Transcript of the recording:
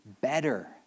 better